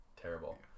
terrible